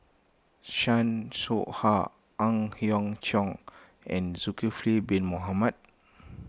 Chan Soh Ha Ang Hiong Chiok and Zulkifli Bin Mohamed